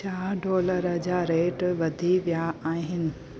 छा डॉलर जा रेट वधी विया आहिनि